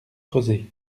rezé